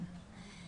כן.